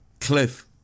Cliff